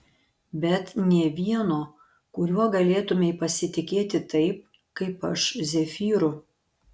bet nė vieno kuriuo galėtumei pasitikėti taip kaip aš zefyru